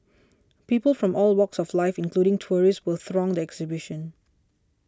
people from all walks of life including tourists still throng the exhibition